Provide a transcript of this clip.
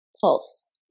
pulse